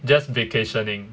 just vacationing